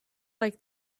like